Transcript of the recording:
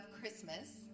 Christmas